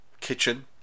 kitchen